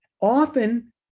Often